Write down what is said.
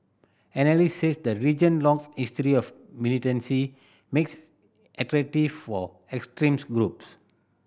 analysts said the region longs history of militancy makes attractive for extremist group